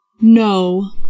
No